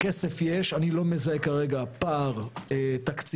כסף יש, אני לא מזהה כרגע פער תקציבי,